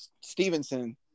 Stevenson